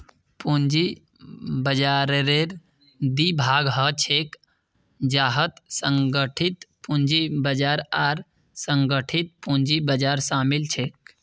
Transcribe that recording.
पूंजी बाजाररेर दी भाग ह छेक जहात संगठित पूंजी बाजार आर असंगठित पूंजी बाजार शामिल छेक